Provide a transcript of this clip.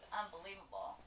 unbelievable